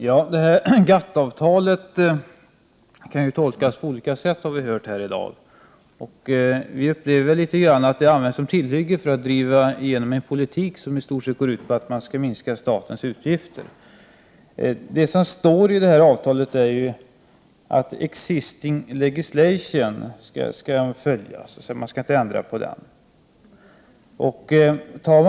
Herr talman! GATT-avtalet kan tolkas på olika sätt, har vi hört här i dag. Vi upplever litet grand att det används som tillhygge för att driva igenom en politik som i stort sett går ut på att minska statens utgifter. I avtalet står det att ”existing legislation” skall följas, dvs. man skall inte ändra gällande regler.